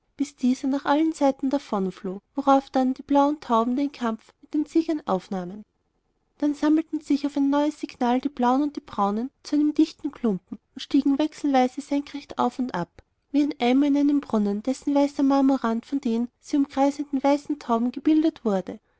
bis dieser nach allen seiten davonfloh worauf dann die blauen tauben den kampf mit den siegern aufnahmen dann sammelten sich auf ein neues signal die blauen und die braunen in je einen dichten klumpen und stiegen wechselweise senkrecht auf und ab wie zwei eimer in einem brunnen dessen weißer marmorrand von den sie umkreisenden weißen tauben gebildet wurde